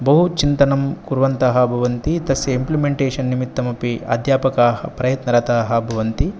बहुचिन्तनं कुर्वन्तः भवन्ति तस्य एम्प्लिमेण्टेशन् निमित्तमपि अध्यापकाः प्रयत्नरताः भवन्ति